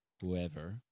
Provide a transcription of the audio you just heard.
whoever